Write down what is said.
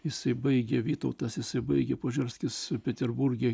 jisai baigė vytautas jisai baigė požerskis peterburge